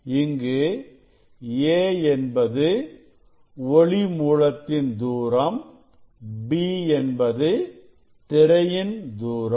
இங்கு a என்பது ஒளி மூலத்தின் தூரம் b என்பது திரையின் தூரம்